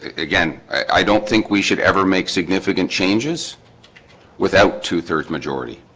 ah again i don't think we should ever make significant changes without two three majority.